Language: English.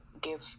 give